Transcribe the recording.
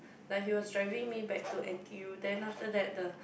like he was driving me back to N_T_U then after that the